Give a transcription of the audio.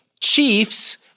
chiefs